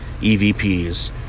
EVPs